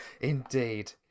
Indeed